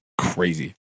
crazy